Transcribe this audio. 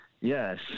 yes